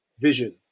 vision